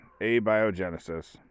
abiogenesis